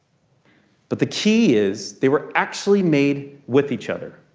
but the key is they were actually made with each other.